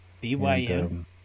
Bym